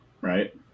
right